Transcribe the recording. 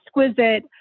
exquisite